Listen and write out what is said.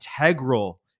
integral